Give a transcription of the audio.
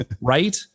Right